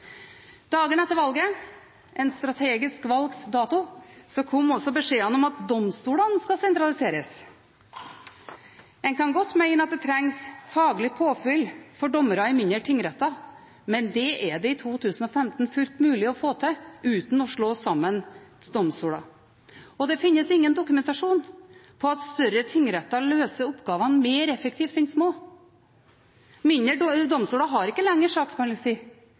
Dagen etter valget, en strategisk valgt dato, kom også beskjeden om at domstolene skal sentraliseres. En kan godt mene at det trengs faglig påfyll for dommere i mindre tingretter, men det er det i 2015 fullt mulig å få til uten å slå sammen domstoler. Det finnes ingen dokumentasjon på at større tingretter løser oppgavene mer effektivt enn små. Mindre domstoler har ikke lengre saksbehandlingstid.